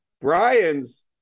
Brian's